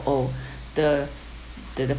oh the the the